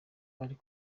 ari